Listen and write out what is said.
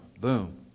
boom